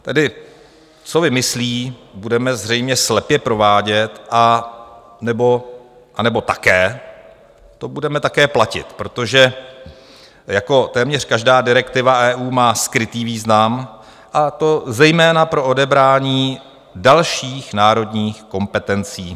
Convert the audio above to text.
Tedy co vymyslí, budeme zřejmě slepě provádět, anebo také to budeme také platit, protože jako téměř každá direktiva EU má skrytý význam, a to zejména pro odebrání dalších národních kompetencí.